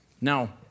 Now